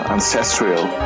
Ancestral